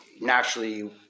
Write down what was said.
naturally